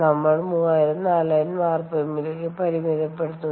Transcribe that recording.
നമ്മൾ 3000 4000 rpm ലേക്ക് പരിമിതപ്പെടുത്തുന്നു